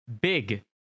big